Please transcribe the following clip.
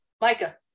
Micah